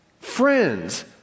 Friends